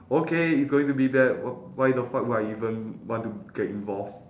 okay it's going to be bad w~ why the fuck would I even want to get involve